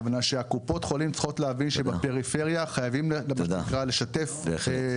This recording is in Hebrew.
שקופות החולים צריכות להבין שבפריפריה חייבים לשתף פעולה.